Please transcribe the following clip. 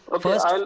first